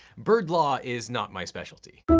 bird law is not my specialty.